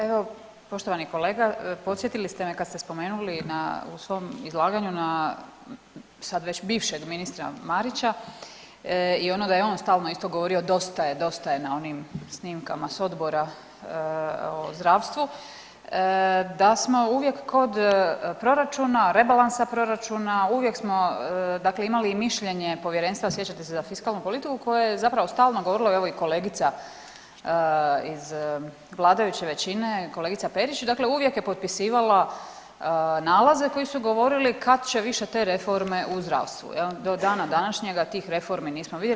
Evo, poštovani kolega podsjetili ste me kad ste spomenuli u svom izlaganju na sad već bivšeg ministra Marića i onoga jel je on stalno isto govorio dosta je, dosta je na onim snimkama s Odbora o zdravstvu da smo uvijek kod proračuna, rebalansa proračuna, uvijek smo dakle imali i mišljenje povjerenstva, sjećate se, za fiskalnu politiku koje je zapravo stalno govorilo, evo i kolegica iz vladajuće većine kolegica Perić, dakle uvijek je potpisivala nalaze koji su govorili kad će više te reforme u zdravstvu jel, do dana današnjega tih reformi nismo vidjeli.